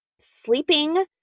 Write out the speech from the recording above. sleeping